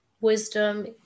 wisdom